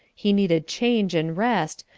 he needed change and rest,